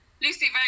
Lucy